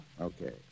Okay